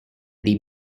the